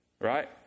Right